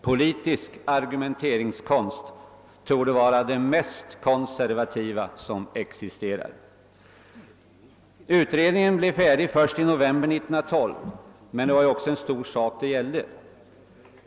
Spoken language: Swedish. Politisk argumenteringskonst torde vara den mest konservativa som existerar. Utredningen blev färdig först i november 1912, men det var ju också en stor sak det gällde.